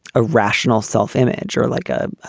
a rational self-image or like a